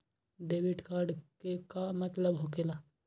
Debit card के का मतलब होकेला?